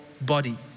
body